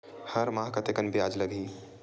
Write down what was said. हर माह कतेकन ब्याज लगही?